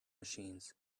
machines